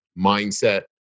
mindset